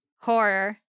horror